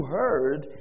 heard